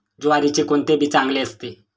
ज्वारीचे कोणते बी चांगले असते?